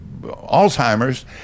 Alzheimer's